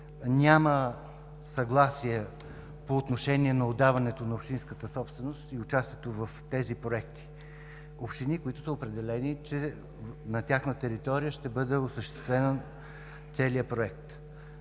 няма съгласие по отношение на отдаването на общинската собственост и участието в тези проекти – общини, които са определени, че на тяхна територия ще бъде осъществен целият проект.